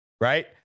right